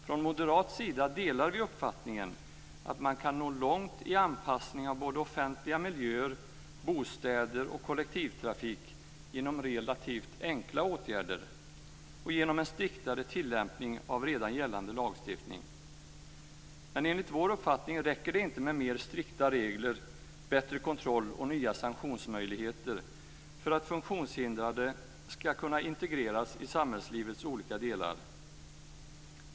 Från moderat sida delar vi uppfattningen att man kan nå långt i anpassning av såväl offentliga miljöer och bostäder som kollektivtrafik genom relativt enkla åtgärder och genom en striktare tillämpning av redan gällande lagstiftning. Men enligt vår uppfattning räcker det inte med mer strikta regler, bättre kontroll och nya sanktionsmöjligheter för att funktionshindrade ska kunna integreras i samhällslivets olika delar.